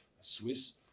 Swiss